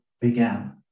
began